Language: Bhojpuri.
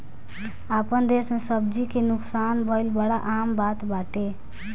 आपन देस में सब्जी के नुकसान भइल बड़ा आम बात बाटे